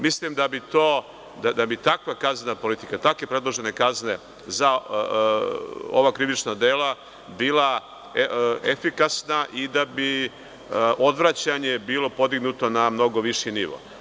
Mislim da bi takva kazna politika, takve predložene kazne za ova krivična dela, bila efikasna i da bi odvraćanje bilo podignuto na mnogo viši nivo.